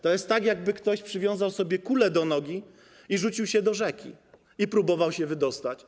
To jest tak, jakby ktoś przywiązał sobie kulę do nogi i rzucił się do rzeki, i próbował się wydostać.